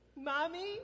Mommy